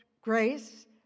grace